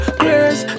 grace